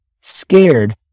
scared